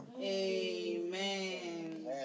Amen